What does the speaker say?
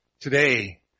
today